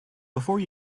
before